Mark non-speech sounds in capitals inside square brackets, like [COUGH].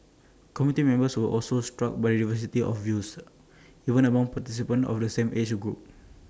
committee members were also struck by the diversity of views [NOISE] even among participants of the same age group